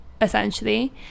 essentially